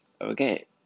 Okay